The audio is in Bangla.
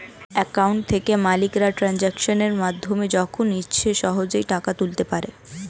অ্যাকাউন্ট থেকে মালিকরা ট্রানজাকশনের মাধ্যমে যখন ইচ্ছে সহজেই টাকা তুলতে পারে